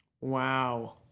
Wow